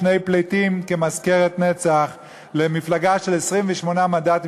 שני פליטים כמזכרת נצח למפלגה של 28 מנדטים,